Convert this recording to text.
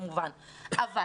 אבל